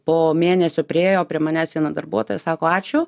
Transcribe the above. po mėnesio priėjo prie manęs viena darbuotoja sako ačiū